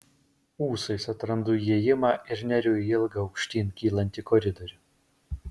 ūsais atrandu įėjimą ir neriu į ilgą aukštyn kylantį koridorių